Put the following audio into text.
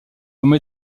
comme